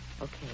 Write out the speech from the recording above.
Okay